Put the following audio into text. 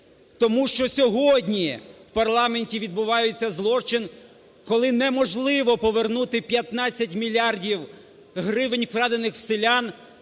тому що сьогодні в парламенті відбувається злочин, коли неможливо повернути 15 мільярдів гривень, вкрадених у селян,